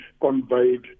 conveyed